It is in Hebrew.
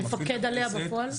מפקד עליה בפועל?